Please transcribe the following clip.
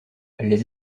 les